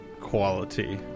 quality